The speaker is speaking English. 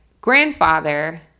grandfather